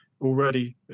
already